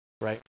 right